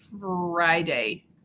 Friday